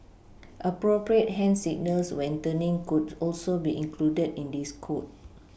appropriate hand signals when turning could also be included in this code